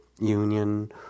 union